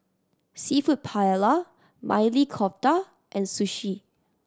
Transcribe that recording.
Seafood Paella Maili Kofta and Sushi